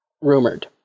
rumored